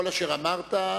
כל אשר אמרת,